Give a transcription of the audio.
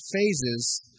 phases